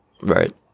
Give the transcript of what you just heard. Right